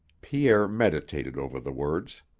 pierre meditated over the words.